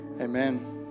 Amen